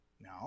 No